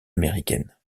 américaine